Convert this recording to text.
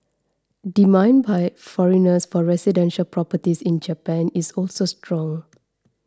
demand by foreigners for residential properties in Japan is also strong